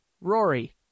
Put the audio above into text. Rory